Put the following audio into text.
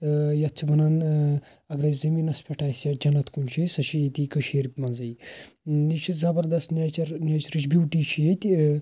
ٲں یتھ چھِ ونان ٲں اگرے زمیٖنس پٮ۪ٹھ آسہِ ہا جنت کنہِ شٲے سۄ چھِ ییٚتی کشیٖر منٛزٕے یہِ چھِ زبردست نیچر نیچرٕچۍ بیٛوٗٹی چھِ ییٚتہِ